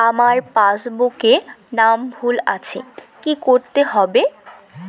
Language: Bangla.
আমার পাসবুকে নাম ভুল আছে কি করতে হবে?